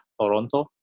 Toronto